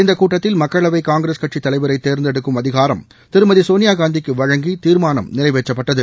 இந்தகூட்டத்தில் மக்களவைகாங்கிரஸ் தலைவரைதோ்ந்தெடுக்கும் கட்சித் அதிகாரம் திருமதிசோனியாகாந்திக்குவழங்கிதீர்மானம் நிறைவேற்றப்பட்டது